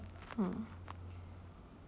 ah